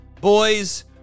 boys